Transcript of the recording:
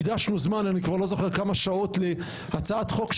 הקדשנו זמן אני כבר לא זוכר כמה שעות להצעת חוק,